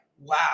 Wow